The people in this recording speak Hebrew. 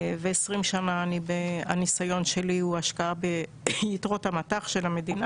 ו-20 שנה הניסיון שלי הוא השקעה ביתרות המט"ח של המדינה